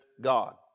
God